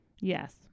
Yes